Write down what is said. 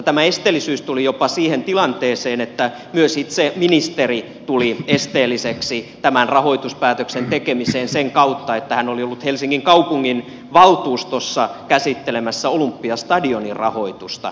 tämä esteellisyys tuli jopa siihen tilanteeseen että myös itse ministeri tuli esteelliseksi tämän rahoituspäätöksen tekemiseen sen kautta että hän oli ollut helsingin kaupunginvaltuustossa käsittelemässä olympiastadionin rahoitusta